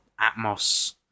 Atmos